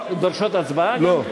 דורשות הצבעה גם כן?